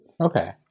Okay